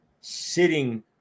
sitting